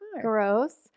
Gross